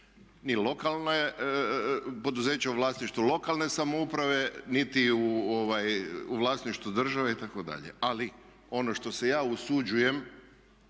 poduzeća u vlasništvu lokalne samouprave niti u vlasništvu države itd.. Ali ono što se ja usuđujem